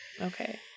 Okay